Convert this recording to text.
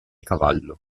cavallo